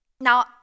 Now